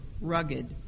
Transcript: rugged